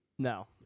No